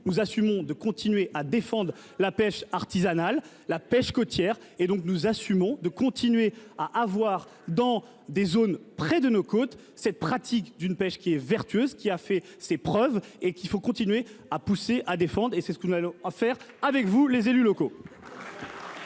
nous assumons de continuer à défendre la pêche artisanale. La pêche côtière. Et donc, nous assumons de continuer à avoir dans des zones près de nos côtes. Cette pratique d'une pêche qui est vertueuse qui a fait ses preuves et qu'il faut continuer à pousser à défendre et c'est ce qu'on a à faire avec vous. Les élus locaux.